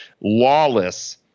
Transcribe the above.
lawless